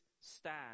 stand